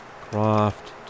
Croft